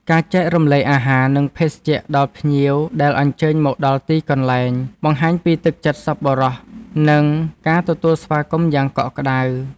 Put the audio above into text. ការចែករំលែកអាហារ និងភេសជ្ជៈដល់ភ្ញៀវដែលអញ្ជើញមកដល់ទីកន្លែង បង្ហាញពីទឹកចិត្តសប្បុរសនិងការទទួលស្វាគមន៍យ៉ាងកក់ក្តៅ។